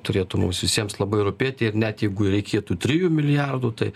turėtų mums visiems labai rūpėti ir net jeigu reikėtų trijų milijardų tai